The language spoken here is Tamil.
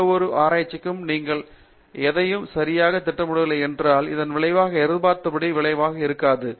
எந்தவொரு ஆராய்ச்சியிலும் நீங்கள் எதையும் சரியாக திட்டமிடவில்லை என்றால் இதன் விளைவாக எதிர்பார்த்தபடி விளைவாக இருக்காது